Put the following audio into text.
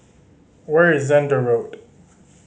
where is Zehnder Road